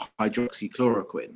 hydroxychloroquine